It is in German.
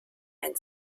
ein